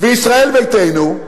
וישראל ביתנו,